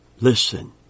Listen